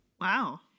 Wow